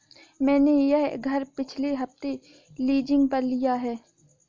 मैंने यह घर पिछले हफ्ते लीजिंग पर लिया है